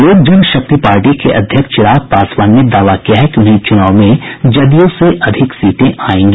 लोक जन शक्ति पार्टी के अध्यक्ष चिराग पासवान ने दावा किया है कि उन्हें चुनाव में जदयू से अधिक सीटें आयेंगी